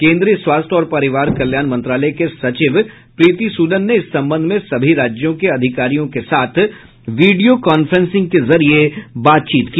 केन्द्रीय स्वास्थ्य और परिवार कल्याण मंत्रालय के सचिव प्रीति सुदन ने इस संबंध में सभी राज्यों के अधिकारियों के साथ वीडियो कांफ्रेंसिंग के जरिये बातचीत की